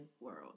world